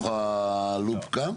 השאלה האם זה נכנס לתוך ה"לופ" כאן?